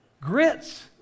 Grits